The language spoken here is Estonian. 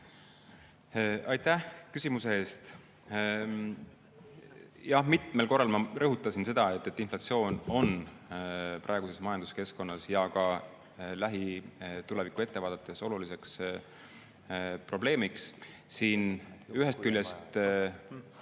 Aitäh küsimuse eest! Jah, mitmel korral ma rõhutasin seda, et inflatsioon on praeguses majanduskeskkonnas ja ka lähitulevikku vaadates suur probleem. Ühest küljest